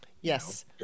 Yes